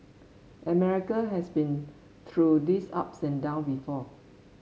America has been through these ups and down before